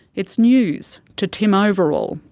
it's news to tim overall.